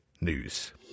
news